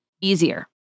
easier